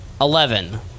eleven